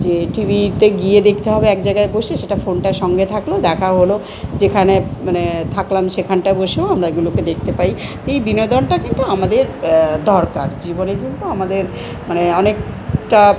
যে টিভিতে গিয়ে দেখতে হবে এক জায়গায় বসে সেটা ফোনটা সঙ্গে থাকলো দেখা হলো যেখানে মানে থাকলাম সেখানটা বসেও আমরা এগুলোকে দেখতে পাই এই বিনোদনটা কিন্তু আমাদের দরকার জীবনে কিন্তু আমাদের মানে অনেকটা